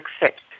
accept